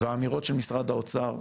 והאמירות של משרד האוצר,